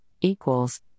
equals